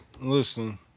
listen